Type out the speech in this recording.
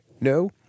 no